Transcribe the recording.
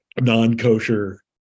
non-kosher